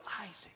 Isaac